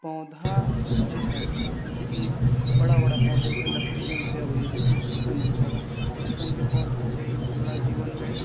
पौधा जे हइ जैसे कि बड़ा बड़ा पौधा जैसे लकड़ी जेकरा से अबैया जैसे शीशमके पौधा शीशमके पौधा भेल हमरा जीवनमे